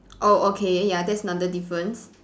oh okay ya that's another difference